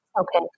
Okay